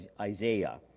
Isaiah